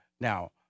Now